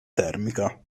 termica